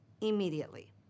immediately